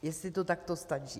Jestli to takto stačí.